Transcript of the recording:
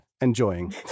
enjoying